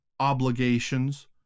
obligations